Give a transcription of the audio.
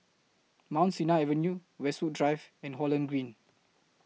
Mount Sinai Avenue Westwood Drive and Holland Green